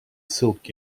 silk